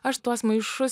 aš tuos maišus